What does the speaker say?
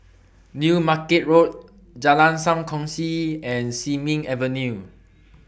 New Market Road Jalan SAM Kongsi and Sin Ming Avenue